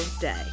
day